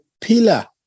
pillar